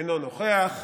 אינו נוכח,